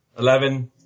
Eleven